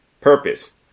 Purpose